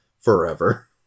forever